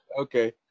Okay